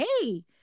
hey